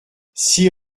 six